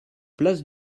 place